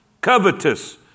covetous